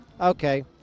okay